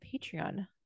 patreon